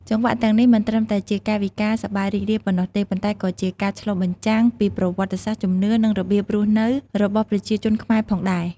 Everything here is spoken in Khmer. ចង្វាក់ទាំងនេះមិនត្រឹមតែជាកាយវិការសប្បាយរីករាយប៉ុណ្ណោះទេ ប៉ុន្តែក៏ជាការឆ្លុះបញ្ចាំងពីប្រវត្តិសាស្ត្រ ជំនឿ និងរបៀបរស់នៅរបស់ប្រជាជនខ្មែរផងដែរ។